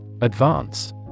Advance